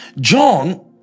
John